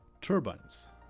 turbines